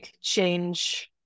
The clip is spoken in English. change